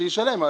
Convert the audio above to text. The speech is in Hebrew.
שישלם,